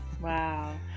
Wow